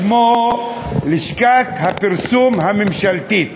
שמו לשכת הפרסום הממשלתית,